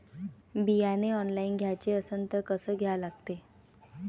बियाने ऑनलाइन घ्याचे असन त कसं घ्या लागते?